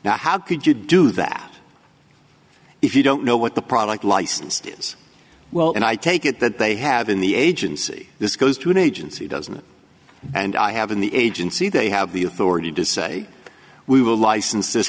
now how could you do that if you don't know what the product licensed is well and i take it that they have in the agency this goes to an agency doesn't it and i have in the agency they have the authority to say we will licenses